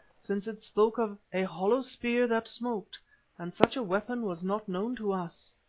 since it spoke of a hollow spear that smoked and such a weapon was not known to us.